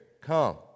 come